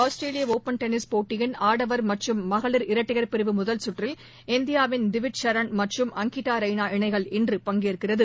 ஆஸ்திரேலியடுப்பன் tennis போட்டியின் ஆடவர் மற்றும் மகளிர் இரட்டையர் பிரிவு முதல் கற்றில் இந்தியாவின் திவிச் சரண் மற்றும் அங்கிதாரெய்னா இணைகள் இன்று பங்கேற்கிறது